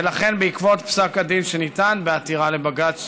ולכן, בעקבות פסק הדין שניתן בעתירה לבג"ץ